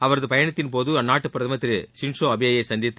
அவரது பயணத்தின் போது அந்நாட்டு பிரதமர் திரு ஷின்சோ அபேயை சந்தித்து